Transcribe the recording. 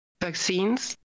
vaccines